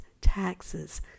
taxes